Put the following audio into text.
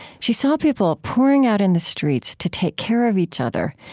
she saw people pouring out in the streets to take care of each other,